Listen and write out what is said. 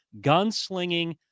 gunslinging